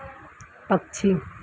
पक्षी